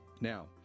Now